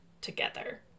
together